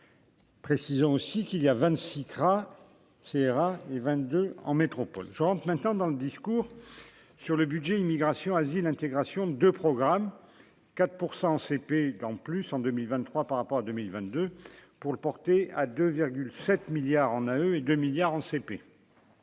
Précisons aussi qu'il y a 26 craint CRA et 22 en métropole rentre maintenant dans le discours sur le budget Immigration Asile intégration de programme 4 pour 100 CP dans plus en 2023 par rapport à 2022 pour le porter à 2 7 milliards en à eux et 2 milliards en CP.